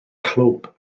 clwb